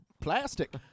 plastic